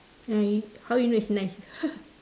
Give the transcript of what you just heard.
uh how you know is nice